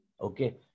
Okay